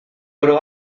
oro